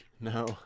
No